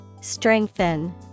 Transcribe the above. strengthen